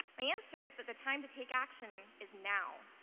my answer is that the time to take action is now.